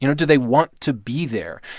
you know do they want to be there?